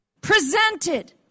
Presented